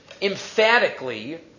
emphatically